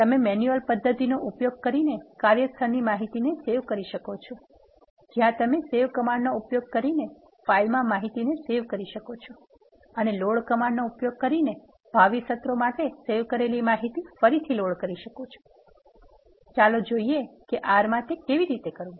તમે મેન્યુઅલ પદ્ધતિનો ઉપયોગ કરીને કાર્યસ્થળની માહિતીને સેવ કરી શકો છો જ્યાં તમે સેવ કમાન્ડનો ઉપયોગ કરીને ફાઇલમાં માહિતીને સેવ કરી શકો છો અને લોડ કમાન્ડનો ઉપયોગ કરીને ભાવિ સત્રો માટે સેવ કરેલી માહિતી ફરીથી લોડ કરી શકાય છે ચાલો જોઈએ કે R માં તે કેવી રીતે કરવું